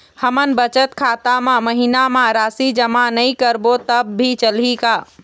हमन बचत खाता मा महीना मा राशि जमा नई करबो तब भी चलही का?